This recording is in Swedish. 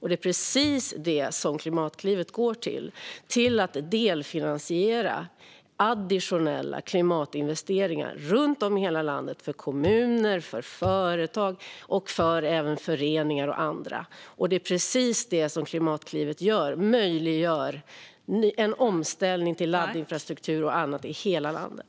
Det är precis det som Klimatklivet används till, alltså till att delfinansiera additionella klimatinvesteringar runt om i hela landet för kommuner, för företag och även för föreningar och andra. Klimatklivet möjliggör just en omställning till laddinfrastruktur och annat i hela landet.